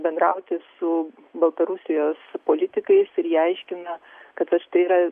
bendrauti su baltarusijos politikais ir jie aiškina kad vat štai yra